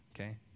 Okay